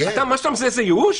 מה שאתה מזהה זה ייאוש?